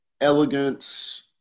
elegance